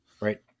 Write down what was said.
Right